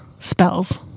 spells